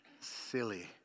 Silly